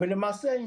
למעשה,